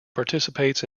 participates